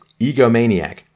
egomaniac